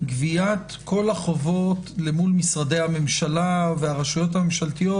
גביית כל החובות למול משרדי הממשלה והרשויות הממשלתיות,